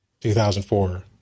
2004